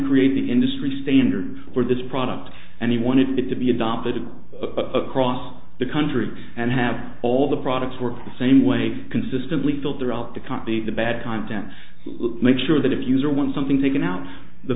create the industry standard for this product and he wanted it to be adopted across the country and have all the products work the same way consistently filter out the company the bad content make sure that if user wants something taken out the